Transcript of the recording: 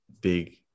big